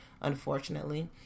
unfortunately